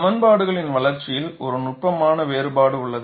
சமன்பாடுகளின் வளர்ச்சியில் ஒரு நுட்பமான வேறுபாடு உள்ளது